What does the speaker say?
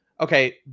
okay